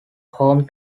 home